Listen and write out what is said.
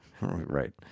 Right